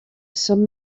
some